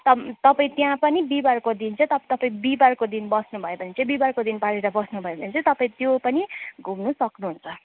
तम तपाईँ त्यहाँ पनि बिहिबारको दिन चाहिँ तप तपाईँ बिहिबारको दिन बस्नुभयो भने चाहिँ बिहिबारको दिन पारेर बस्नुभयो भने चाहिँ तपाईँ त्यो पनि घुम्नु सक्नुहुन्छ